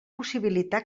possibilitar